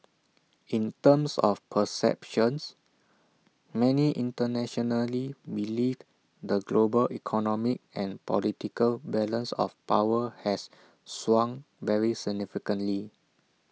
in terms of perceptions many internationally believe the global economic and political balance of power has swung very significantly